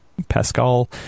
pascal